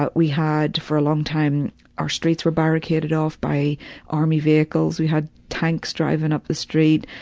but we had for a long time our streets were barricaded off by army vehicles, we had tanks driving up the street,